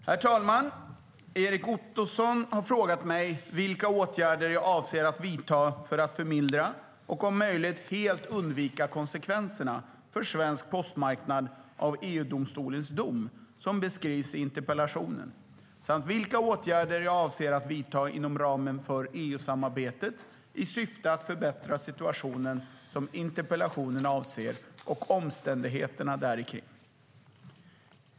Herr talman! Erik Ottoson har frågat mig vilka åtgärder jag avser att vidta för att förmildra och om möjligt helt undvika konsekvenserna för svensk postmarknad av EU-domstolens dom som beskrivs i interpellationen samt vilka åtgärder jag avser att vidta inom ramen för EU-samarbetet i syfte att förbättra situationen som interpellationen avser och omständigheterna därikring.